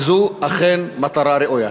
וזו אכן מטרה ראויה.